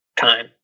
time